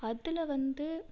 அதில் வந்து